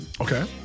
Okay